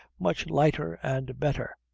much lighter and better.